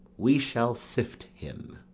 we shall sift him.